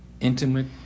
intimate